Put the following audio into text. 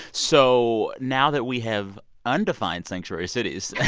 so now that we have undefined sanctuary cities.